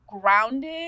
grounded